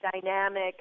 dynamic